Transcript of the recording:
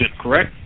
correct